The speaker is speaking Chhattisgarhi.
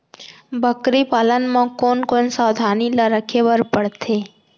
बकरी पालन म कोन कोन सावधानी ल रखे बर पढ़थे?